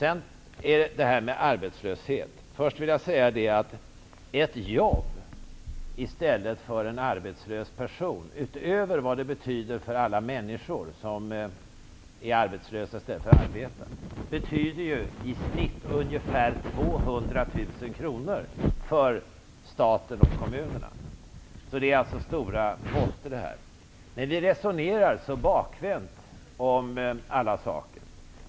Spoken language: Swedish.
I fråga om arbetslöshet vill jag först säga att ett jobb i stället för en arbetslös person -- utöver vad det betyder för alla människor som är arbetslösa i stället för att arbeta -- betyder i snitt ungefär 200 000 kr för staten och kommunerna. Det är alltså stora poster. Ni resonerar så bakvänt om alla saker.